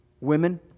Women